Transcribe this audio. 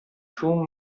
too